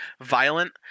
violent